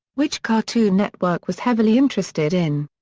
which cartoon network was heavily interested in.